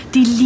Die